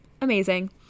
amazing